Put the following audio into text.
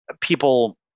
people